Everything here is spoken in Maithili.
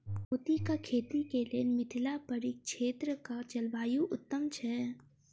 मोतीक खेती केँ लेल मिथिला परिक्षेत्रक जलवायु उत्तम छै?